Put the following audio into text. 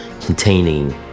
containing